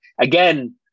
again